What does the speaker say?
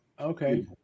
okay